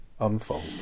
unfold